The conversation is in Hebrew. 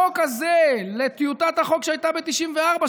תשוו את החוק הזה לטיוטת החוק שהייתה ב-1994,